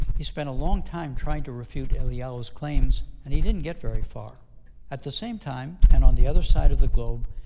he spent a long time trying to refute eliyahu's claims, and he didn't get very far at the same time, and on the other side of the globe,